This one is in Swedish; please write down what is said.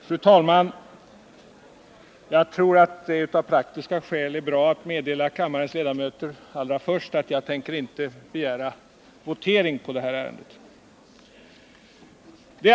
Fru talman! Jag tror att det av praktiska skäl är bra om jag allra först meddelar kammarens ledamöter att jag inte tänker begära votering i detta ärende.